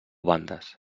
bandes